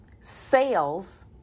sales